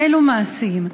אילו מעשים?